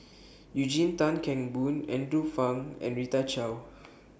Eugene Tan Kheng Boon Andrew Phang and Rita Chao